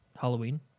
Halloween